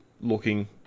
looking